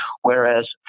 whereas